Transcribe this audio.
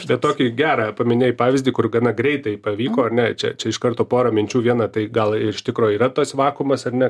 štai tokį gerą paminėjai pavyzdį kur gana greitai pavyko ar ne čia čia iš karto porą minčių viena tai gal ir iš tikro yra tas vakuumas ar ne